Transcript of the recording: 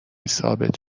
ثابت